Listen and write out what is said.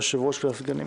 ליושב-ראש ולסגנים.